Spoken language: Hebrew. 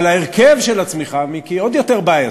אבל ההרכב של הצמיחה, מיקי, עוד יותר בעייתי.